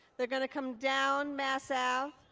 they're going to come down mass ah